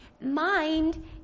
mind